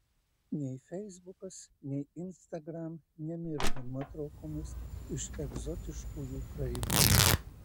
nei feisbukas nei instagram nemirga nuotraukomis iš egzotiškųjų karibų